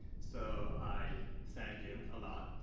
so i thank him a lot.